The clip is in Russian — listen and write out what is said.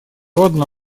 одна